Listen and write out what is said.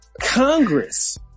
Congress